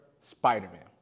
Spider-Man